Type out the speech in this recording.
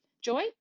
Joy